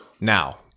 Now